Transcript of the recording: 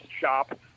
shop